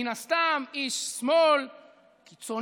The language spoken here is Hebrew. מן הסתם איש שמאל קיצוני,